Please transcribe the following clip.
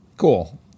cool